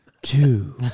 Two